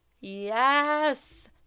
Yes